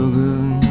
good